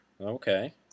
Okay